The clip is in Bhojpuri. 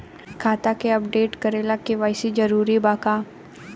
खाता के अपडेट करे ला के.वाइ.सी जरूरी बा का?